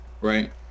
right